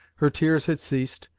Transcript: her tears had ceased,